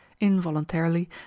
Involuntarily